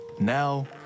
Now